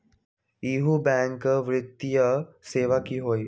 इहु बैंक वित्तीय सेवा की होई?